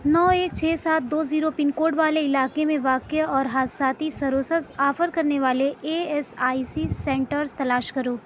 نو ایک چھ سات دو زیرو پن کوڈ والے علاقے میں واقع اور حادثاتی سروسز آفر کرنے والے A S I C centres تلاش کرو